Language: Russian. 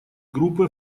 группы